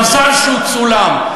מזל שהוא צולם.